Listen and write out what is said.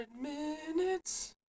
minutes